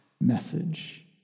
message